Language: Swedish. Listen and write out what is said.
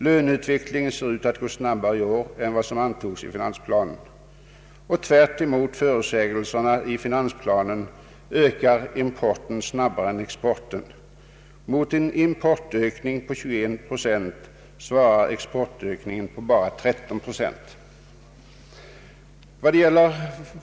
Löneutvecklingen ser ut att gå snabbare i år än vad som antogs i finansplanen. Tvärt emot förutsägelserna i finansplanen ökar importen snabbare än exporten. Mot en importökning på 21 procent svarar en exportökning av bara 13 procent.